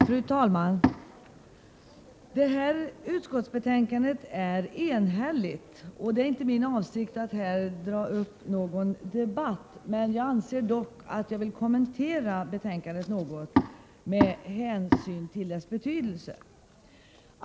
Fru talman! Socialförsäkringsutskottets betänkande 1987/88:17 är ett enhälligt betänkande. Det är inte min avsikt att här ta upp någon debatt, men jag vill dock något kommentera betänkandet med tanke på dess betydelse.